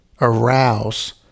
arouse